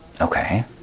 Okay